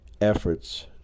efforts